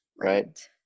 Right